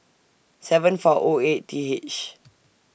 seven four O eight T H